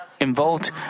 involved